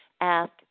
ask